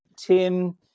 Tim